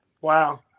Wow